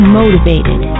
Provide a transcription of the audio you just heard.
motivated